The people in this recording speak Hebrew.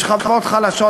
בשכבות חלשות,